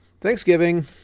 Thanksgiving